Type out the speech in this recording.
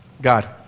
God